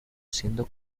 siendo